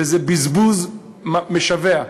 וזה בזבוז משווע.